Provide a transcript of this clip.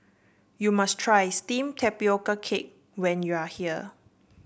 you must try steamed Tapioca Cake when you are here